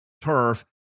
turf